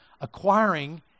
Acquiring